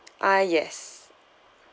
ah yes